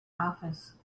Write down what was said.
office